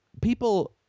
people